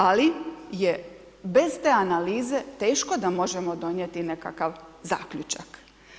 Ali, je bez te analize, teško da možemo donijeti nekakav zaključak.